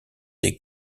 des